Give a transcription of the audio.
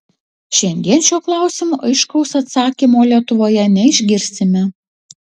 šiandien šiuo klausimu aiškaus atsakymo lietuvoje neišgirsime